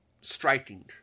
striking